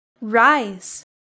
rise